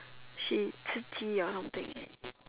she 刺激 or something